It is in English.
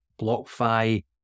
BlockFi